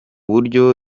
buryo